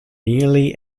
nearly